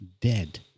dead